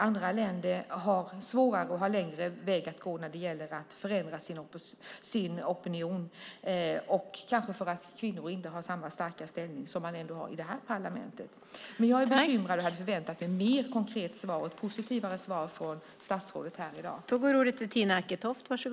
Andra länder har det svårare och har längre väg att gå när det gäller att förändra sin opinion, kanske för att kvinnor inte har samma starka ställning som de ändå har i det här parlamentet. Men jag är bekymrad och hade förväntat mig ett mer konkret svar och ett mer positivt svar från statsrådet i dag.